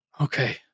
Okay